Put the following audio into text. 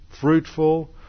fruitful